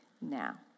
Now